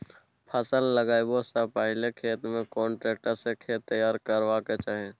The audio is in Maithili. फसल लगाबै स पहिले खेत में कोन ट्रैक्टर स खेत तैयार करबा के चाही?